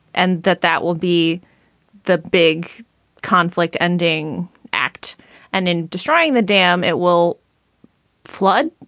and that that will be the big conflict ending act and in destroying the dam it will flood.